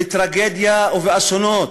בטרגדיה ובאסונות.